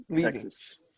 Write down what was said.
Texas